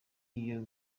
iyo